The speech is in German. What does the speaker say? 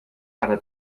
aber